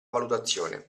valutazione